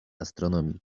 astronomii